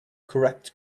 correct